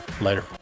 Later